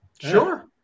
Sure